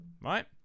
right